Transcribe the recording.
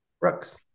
Brooks